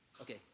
Okay